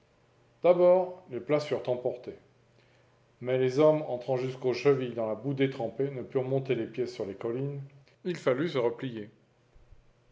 d'abord les places furent emportées mais les hommes entrant jusqu'aux chevilles dans la boue détrempée ne purent monter les pièces sur les collines il fallut se replier